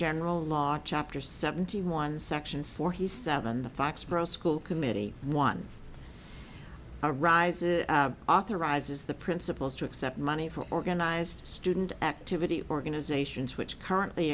general laws chapter seventy one section forty seven the foxboro school committee one rises authorizes the principals to accept money for organized student activity organizations which currently